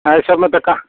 एहि सबमे तऽ क